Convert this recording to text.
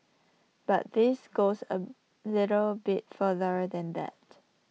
but this goes A little bit further than that